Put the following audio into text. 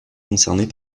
concernés